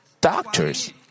doctors